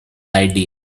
idea